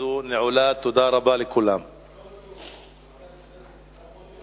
המסחר והתעסוקה מעניק תעודות למטפלות המסמיכות אותן לטפל